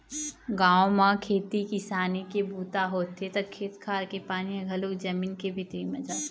गाँव म खेती किसानी के बूता होथे त खेत खार के पानी ह घलोक जमीन के भीतरी म जाथे